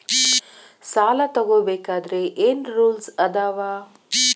ಸಾಲ ತಗೋ ಬೇಕಾದ್ರೆ ಏನ್ ರೂಲ್ಸ್ ಅದಾವ?